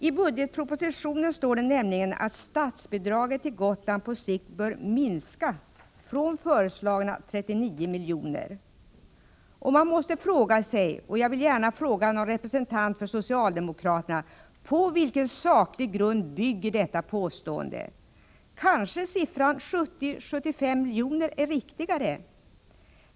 I budgetpropositionen står det nämligen 103 att statsbidraget till Gotland på sikt bör minska från föreslagna 39 miljoner. Man måste fråga sig, och jag vill gärna fråga någon representant för socialdemokraterna: På vilken saklig grund bygger detta påstående? Kanske siffran 70-75 miljoner är riktigare.